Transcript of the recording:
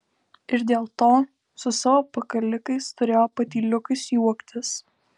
ir dėl to su savo pakalikais turėjo patyliukais juoktis